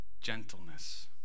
gentleness